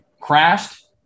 crashed